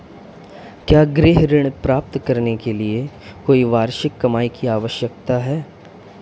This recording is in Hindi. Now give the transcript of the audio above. क्या गृह ऋण प्राप्त करने के लिए कोई वार्षिक कमाई की आवश्यकता है?